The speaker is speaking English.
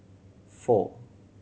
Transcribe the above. four